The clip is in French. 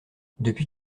depuis